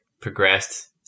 progressed